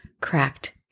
cracked